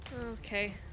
Okay